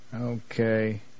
Okay